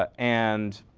ah and